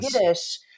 Yiddish